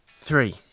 Three